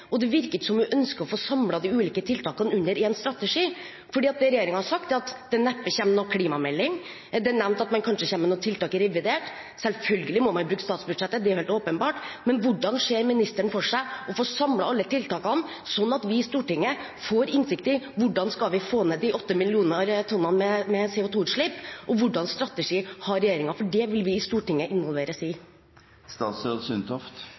Det virker ikke som at hun ønsker å få samlet de ulike tiltakene i én strategi. Det regjeringen har sagt, er at det neppe kommer noen klimamelding. Det er nevnt at man kanskje kommer med noen tiltak i revidert. Selvfølgelig må man bruke statsbudsjettet – det er helt åpenbart. Men hvordan ser ministeren for seg at man kan få samlet alle tiltakene, slik at vi i Stortinget får innsikt i hvordan vi skal få ned de 8 millioner tonn med CO2-utslipp og hvilken strategi regjeringen har? Det vil vi i Stortinget involveres